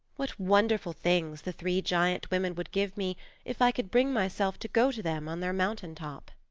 what wonderful things the three giant women would give me if i could bring myself to go to them on their mountaintop.